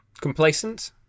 Complacent